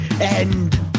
End